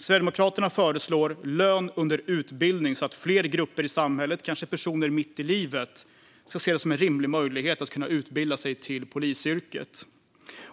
Sverigedemokraterna föreslår lön under utbildning så att fler grupper i samhället, kanske personer mitt i livet, ska se det som en rimlig möjlighet att kunna utbilda sig till polisyrket.